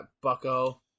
Bucko